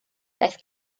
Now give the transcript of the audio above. daeth